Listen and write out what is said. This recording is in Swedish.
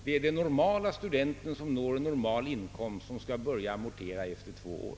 Det är den normale studenten som når en normal inkomst som skall börja amortera efter två år.